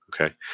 okay